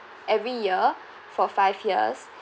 every year for five years